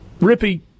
Rippy